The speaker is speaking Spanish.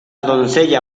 doncella